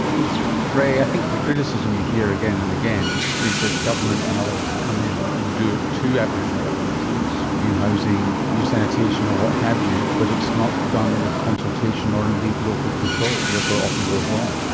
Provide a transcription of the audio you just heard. because ray, i think the criticism you hear again and again is that government and others come in and do it to aboriginal communities new housing, new sanitation or what have you but it's not done with consultation or indeed local control, therefore it often goes wrong.